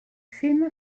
film